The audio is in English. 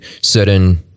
certain